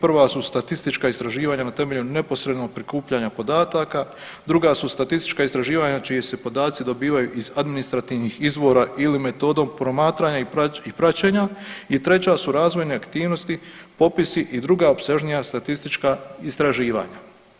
Prva su statistička istraživanja na temelju neposrednog prikupljanja podataka, druga su statistička istraživanja čiji se podaci dobivaju iz administrativnih izvora ili metodom promatranja i praćenja i treća su razvojne aktivnosti, popisi i druga opsežnija, statistička istraživanja.